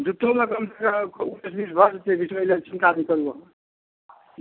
जुत्तो लए कम सम भऽ जेतै बीचमे ओइलए चिन्ता नै करू अहाँ